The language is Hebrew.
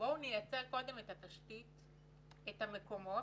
יש לייצר את התשתית, את המקומות,